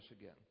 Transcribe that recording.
again